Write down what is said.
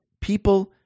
people